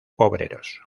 obreros